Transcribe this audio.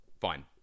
fine